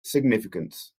significance